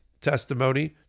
testimony